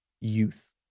youth